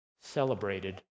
celebrated